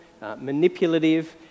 manipulative